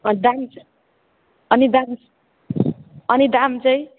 अनि दाम अनि दाम अनि दाम चाहिँ